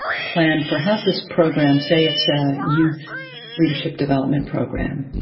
a plan for how's this program, say it's a youth leadership development program,